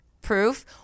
proof